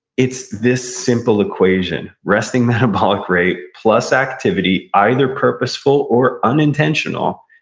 it's this simple equation. resting metabolic rate plus activity, either purposeful or unintentional,